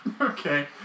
Okay